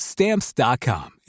Stamps.com